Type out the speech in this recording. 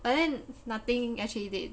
but then nothing actually did